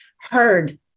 heard